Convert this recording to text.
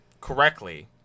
correctly